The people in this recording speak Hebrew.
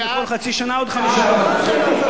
וכל חצי שנה עוד 5% לצערי,